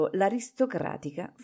l'aristocratica